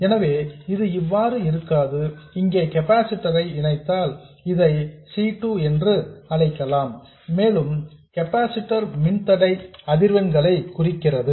எனவே இது இவ்வாறு இருக்காது இங்கே கெபாசிட்டர் ஐ இணைத்தால் இதை C 2 என்று அழைக்கலாம் மேலும் கெபாசிட்டர் ன் மின்தடை அதிர்வெண்கள் குறைகிறது